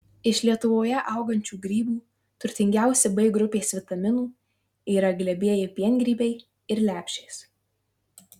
iš lietuvoje augančių grybų turtingiausi b grupės vitaminų yra glebieji piengrybiai ir lepšės